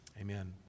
Amen